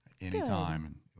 Anytime